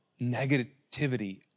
negativity